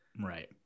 right